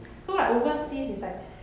so like overseas is like